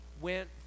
went